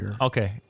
Okay